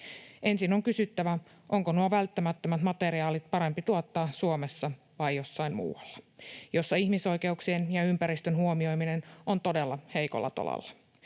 Ensin on kysyttävä, onko nuo välttämättömät materiaalit parempi tuottaa Suomessa vai jossain muualla, jossa ihmisoikeuksien ja ympäristön huomioiminen on todella heikolla tolalla.